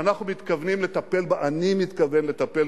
נטפל